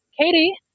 Katie